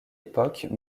époque